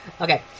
Okay